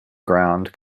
ground